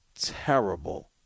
terrible